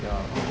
ya